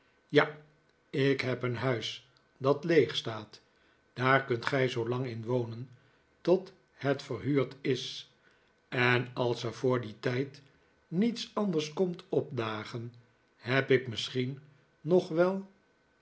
ja ik heb een huis dat leeg staat daar kunt gij zoolang in wonen tot het verhuurd is en als er voor dien tijd niets anders komt opdagen heb ik misschien nog wel